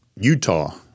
utah